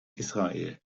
israel